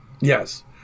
Yes